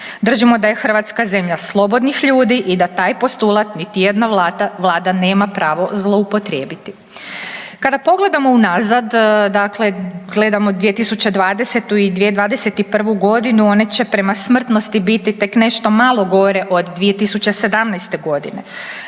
Držimo da je Hrvatska zemlja slobodnih ljudi i da taj postulat niti jedna vlada nema pravo zloupotrijebiti. Kada pogledamo unazad, dakle gledamo 2020. i 2021.g. one će prema smrtnosti biti tek nešto malo gore od 2017.g..